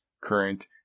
current